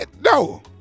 no